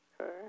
Okay